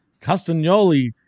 Castagnoli